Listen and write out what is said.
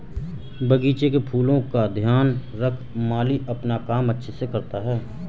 बगीचे के फूलों का ध्यान रख माली अपना काम अच्छे से करता है